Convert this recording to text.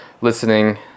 listening